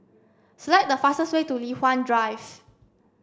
select the fastest way to Li Hwan Drive